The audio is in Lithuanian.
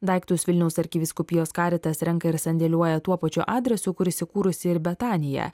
daiktus vilniaus arkivyskupijos karitas renka ir sandėliuoja tuo pačiu adresu kur įsikūrusi ir betanija